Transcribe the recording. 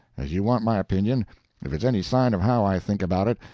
as you want my opinion if it's any sign of how i think about it,